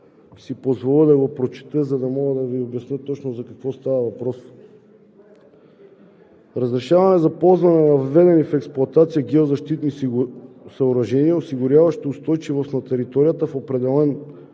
си позволя да го прочета, за да мога да Ви обясня точно за какво става въпрос: „Разрешаване за ползване на въведени в експлоатация геозащитни съоръжения, осигуряващи устойчивост на територията в определен